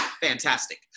fantastic